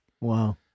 Wow